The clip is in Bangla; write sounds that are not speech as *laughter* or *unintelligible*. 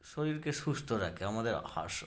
শরীরকে সুস্থ রাখে আমাদের *unintelligible*